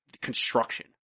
construction